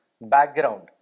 background